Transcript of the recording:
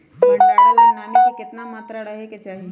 भंडारण ला नामी के केतना मात्रा राहेके चाही?